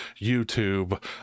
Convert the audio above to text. YouTube